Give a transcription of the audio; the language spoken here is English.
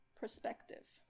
perspective